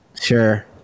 Sure